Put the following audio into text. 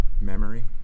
Memory